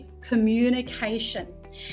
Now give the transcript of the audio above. communication